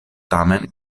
tamen